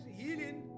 healing